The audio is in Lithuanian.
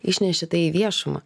išneši tai į viešumą